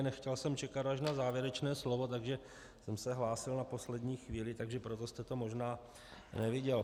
Nechtěl jsem čekat až na závěrečné slovo, takže jsem se hlásil na poslední chvíli, takže proto jste to možná neviděl.